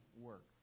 work